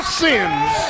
sins